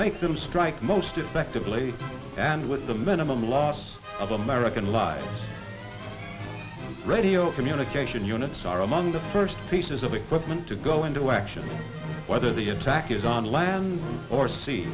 make them strike most effectively and with the minimum loss of american lives radio communication units are among the first pieces of equipment to go into action whether the attack is on land or se